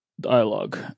dialogue